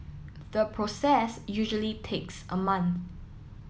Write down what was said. the process usually takes a month